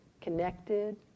connected